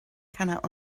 cannot